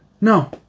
No